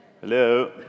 Hello